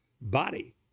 body